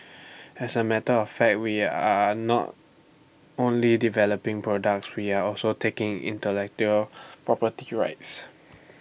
as A matter of fact we are not only developing products we are also taking intellectual property rights